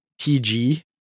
PG